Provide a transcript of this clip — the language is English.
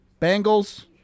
Bengals